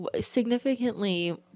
significantly